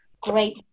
great